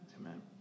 Amen